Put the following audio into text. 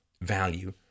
value